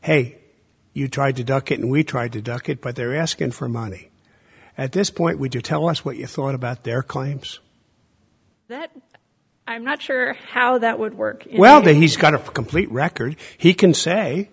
hey you tried to duck it and we tried to duck it but they're asking for money at this point would you tell us what you thought about their claims that i'm not sure how that would work well but he's got a complete record he can say